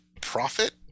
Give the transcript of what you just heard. profit